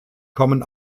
kommen